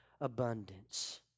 abundance